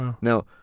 Now